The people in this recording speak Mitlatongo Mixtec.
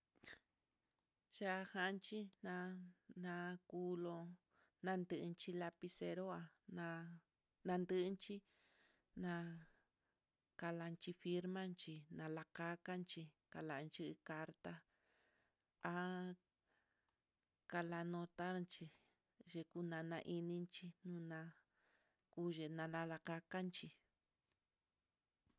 Ya'a janchi na'a na kulon nandi, iin chí laxero'a, na na ndenchí na kalanchi firma chi nalakankachí, kalanchi carta há kanalotanchí xhi nana inninchí nuna kuyii nana lakakanchí.